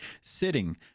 sitting